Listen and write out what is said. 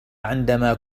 عندما